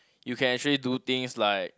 you can actually do things like